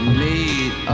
made